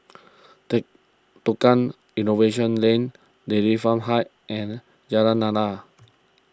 Tukang Innovation Lane Dairy Farm Heights and Jalan Lana